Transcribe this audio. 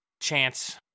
chance